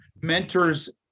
mentors